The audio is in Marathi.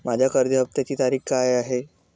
माझ्या कर्ज हफ्त्याची तारीख काय आहे?